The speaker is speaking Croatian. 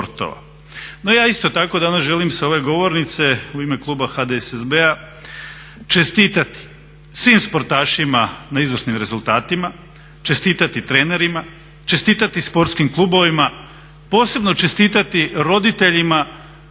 No ja isto tako danas želim s ove govornice u ime kluba HDSSB-a čestitati svim sportašima na izvrsnim rezultatima, čestitati trenerima, čestitati sportskim klubovima, posebno čestitati roditeljima